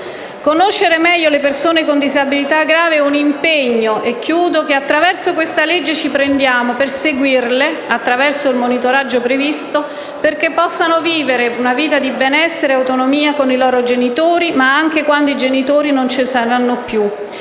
Conoscere meglio le persone con disabilità grave è un impegno che attraverso questa legge ci prendiamo, per seguirle, attraverso il monitoraggio previsto, perché possano vivere una vita di benessere e autonomia con i loro genitori, ma anche quando i genitori non ci saranno più.